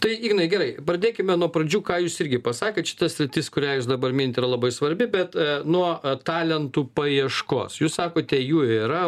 tai ignai gerai pradėkime nuo pradžių ką jūs irgi pasakėt šita sritis kurią jūs dabar minit yra labai svarbi bet nuo talentų paieškos jūs sakote jų yra